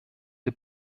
the